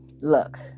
Look